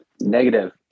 negative